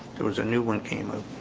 there was a new one chemo